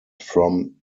from